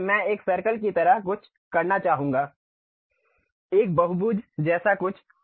इसलिए मैं एक सर्कल की तरह कुछ करना चाहूंगा एक बहुभुज जैसा कुछ